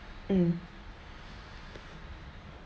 mm